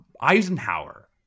Eisenhower